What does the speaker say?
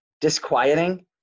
disquieting